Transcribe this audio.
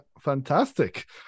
fantastic